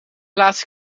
laatste